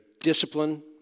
discipline